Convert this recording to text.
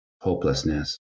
hopelessness